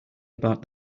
about